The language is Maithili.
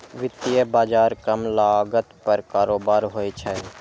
वित्तीय बाजार कम लागत पर कारोबार होइ छै